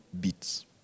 beats